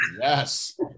yes